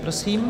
Prosím.